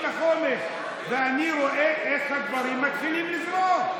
החומש ואני רואה איך הדברים מתחילים לזרום.